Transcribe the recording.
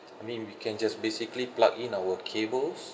I mean we can just basically plug in our cables